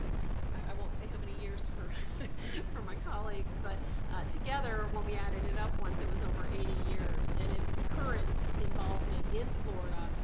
i won't say how many years for for my colleagues, but together when we added it up once it was over eighty years, and it's current involvement in florida,